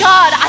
God